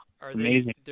amazing